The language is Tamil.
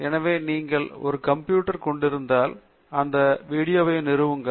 எனவே நீங்கள் ஒரு கம்ப்யூட்டரைக் கொண்டிருந்தால் இந்த வீடியோவை நிறுவுங்கள்